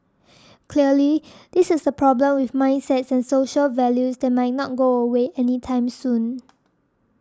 clearly this is a problem with mindsets and social values that might not go away anytime soon